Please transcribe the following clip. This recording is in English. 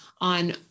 on